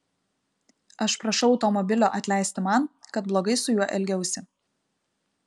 aš prašau automobilio atleisti man kad blogai su juo elgiausi